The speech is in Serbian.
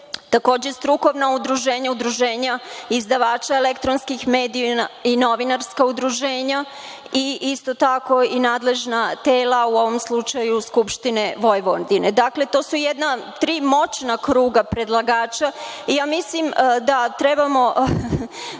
takođe, strukovna udruženja, udruženja izdavača elektronskih medija i novinarska udruženja i isto tako i nadležna tela, u ovom slučaju Skupštine Vojvodine. Dakle, to su tri moćna kruga predlagača i ja mislim da treba